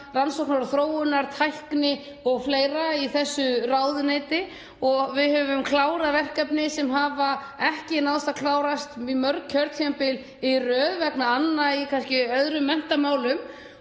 rannsóknum og þróun, tækni og fleira í þessu ráðuneyti og við höfum klárað verkefni sem hafa ekki náðst að klárast mörg kjörtímabil í röð vegna anna í kannski öðrum menntamálum.